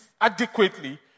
adequately